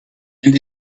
and